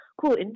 cool